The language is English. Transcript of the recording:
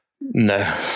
No